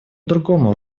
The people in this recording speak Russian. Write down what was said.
другому